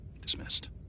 Dismissed